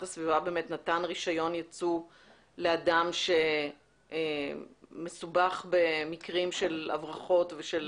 הסביבה נתן רישיון יצוא לאדם שמסובך במקרים של הברחות ושל